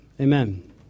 Amen